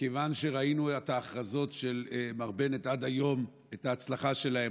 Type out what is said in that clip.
מכיוון שראינו את ההכרזות של מר בנט עד היום ואת ההצלחה שלהן.